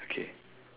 okay